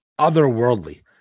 otherworldly